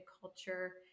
culture